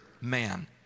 man